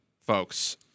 folks